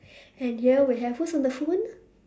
and here we have who's on the phone